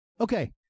okay